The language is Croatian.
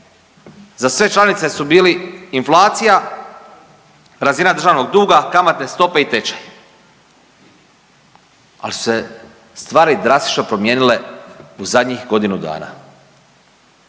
za sve članice su bili inflacija, razina državnog duga, kamatne stope i tečaj, ali su se stvari drastično promijenile u zadnjih godinu dana.